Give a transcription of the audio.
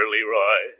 Leroy